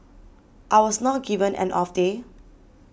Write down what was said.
I was not given an off day